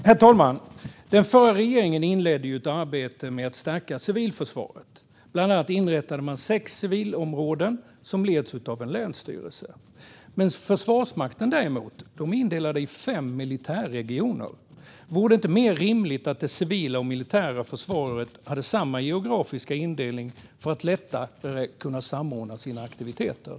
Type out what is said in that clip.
Herr talman! Den förra regeringen inledde ju ett arbete med att stärka civilförsvaret. Man inrättade bland annat sex civilområden som leds av varsin länsstyrelse. Försvarsmakten har däremot delat in Sverige i fem militärregioner. Vore det inte mer rimligt att det civila och det militära försvaret har samma geografiska indelning för att lättare kunna samordna sina aktiviteter?